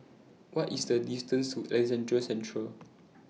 What IS The distance to Alexandra Central